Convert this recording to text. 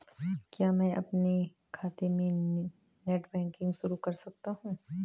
क्या मैं अपने खाते में नेट बैंकिंग शुरू कर सकता हूँ?